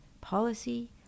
policy